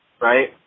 right